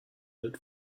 that